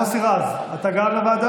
מוסי רז, אתה גם לוועדה?